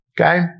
Okay